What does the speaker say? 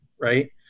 right